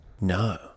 No